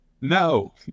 No